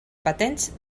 patents